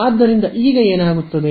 ಆದ್ದರಿಂದ ಈಗ ಏನಾಗುತ್ತದೆ